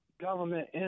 government